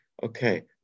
Okay